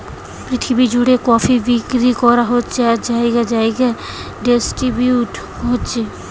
পৃথিবী জুড়ে কফি বিক্রি করা হচ্ছে আর জাগায় জাগায় ডিস্ট্রিবিউট হচ্ছে